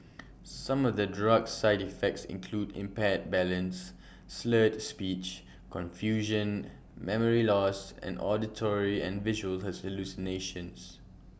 some of the drug's side effects include impaired balance slurred speech confusion memory loss and auditory and visual hallucinations